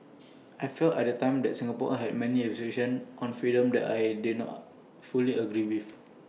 I felt at the time that Singapore had many restrictions on freedom that I did not fully agree with